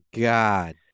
God